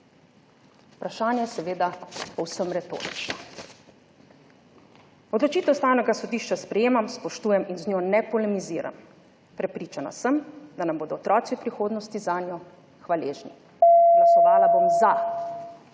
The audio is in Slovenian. Vprašanje je seveda povsem retorično. Odločitev Ustavnega sodišča sprejemam, spoštujem in z njo ne polemiziram. Prepričana sem, da nam bodo otroci v prihodnosti zanjo hvaležni. Glasovala bom za.